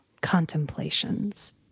contemplations